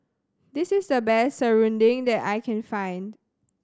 this is the best serunding that I can find